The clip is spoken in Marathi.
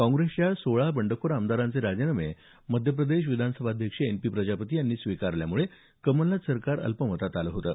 काँग्रेसच्या सोळा बंडखोर आमदारांचे राजीनामे मध्यप्रदेश विधानसभाध्यक्ष एन पी प्रजापती यांनी स्वीकारल्यामुळे कमलनाथ सरकार अल्पमतात आलं होतं